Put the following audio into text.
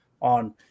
on